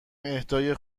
اهدای